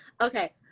okay